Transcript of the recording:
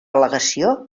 al·legació